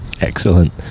Excellent